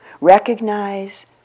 recognize